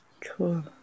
Cool